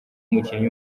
umukinnyi